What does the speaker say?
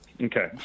Okay